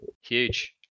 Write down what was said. huge